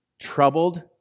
troubled